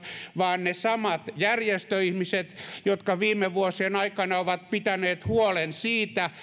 vaan ne samat järjestöihmiset jotka viime vuosien aikana ovat pitäneet huolen siitä